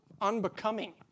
unbecoming